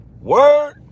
Word